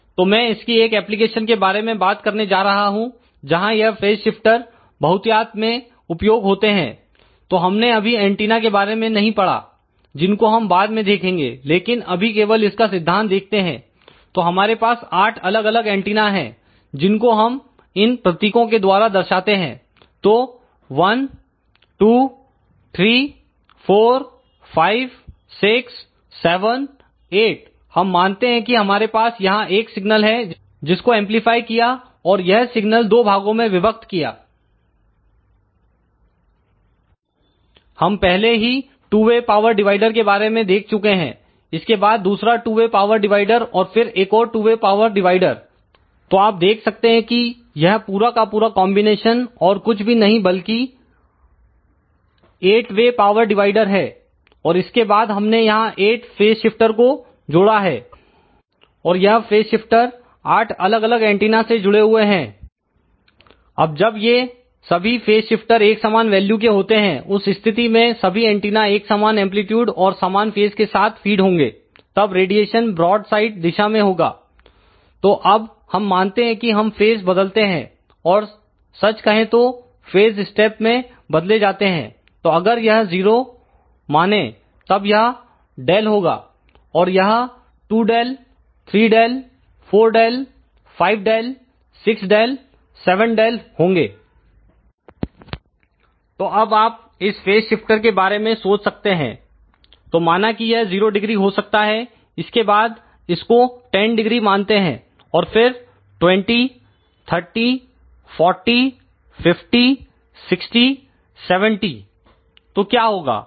तो मैं इसकी एक एप्लीकेशन के बारे में बात करने जा रहा हूं जहां यह फेज शिफ्टर बहुतायत में उपयोग होते हैं तो हमने अभी एंटीना के बारे में नहीं पढा जिनको हम बाद में देखेंगे लेकिन अभी केवल इसका सिद्धांत देखते हैं तो हमारे पास 8 अलग अलग एंटीना है जिनको हम इन प्रतीकों के द्वारा दर्शाते हैं तो 1 2 3 4 5 6 7 8 हम मानते हैं कि हमारे पास यहां एक सिग्नल है जिसको एमप्लीफाई किया और यह सिग्नल दो भागों में विभक्त किया हम पहले ही टू वे पावर डिवाइडर के बारे में देख चुके हैं इसके बाद दूसरा टू वे पावर डिवाइडर और फिर एक और टू वे पावर डिवाइडर तो आप देख सकते हैं कि यह पूरा का पूरा कॉन्बिनेशन और कुछ भी नहीं बल्कि 8 वे पावर डिवाइडर है और इसके बाद हमने यहां 8 फेज शिफ्टर को जोड़ा है और यह फेज शिफ्टर 8 अलग अलग एंटीना से जुड़े हुए हैं अब जब ये सभी फेज शिफ्टर एक समान वैल्यू के होते हैं उस स्थिति में सभी एंटीना एक समान एंप्लीट्यूड और सामान फेज के साथ फीड होंगे तब रेडिएशन ब्रॉड साइड दिशा में होगा तो अब हम मानते हैं कि हम फेज बदलते हैं और सच कहें तो फेज स्टेप में बदले जाते हैं तो अगर यह 0 माने तब यह Δ होगा और यह2Δ 3Δ 4Δ 5Δ 6Δ 7Δ होगे तो अब आप इस फेज शिफ्टर के बारे में सोच सकते हैं तो माना कि यह 00 हो सकता है इसके बाद इस को 100 मानते हैं और फिर 20 30 40 50 60 70 तो क्या होगा